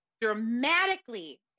dramatically